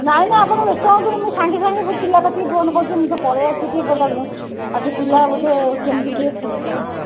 ନାଇଁ ନାଇଁ ଆପଣ ବ୍ୟସ୍ତ ହଅନ୍ତୁନି ମୁଁ ସାଙ୍ଗେ ସାଙ୍ଗେ ସେ ପିଲା କତିକି ଫୋନ୍ କରୁଛି ମୁଁ ତ ପଳାଇ ଆସିଚି ଟିକେ ପଦାକୁ ଆଉ ସେ ପିଲା ବୋଧେ କେମିତି କିଏ ଫୋନ୍ କର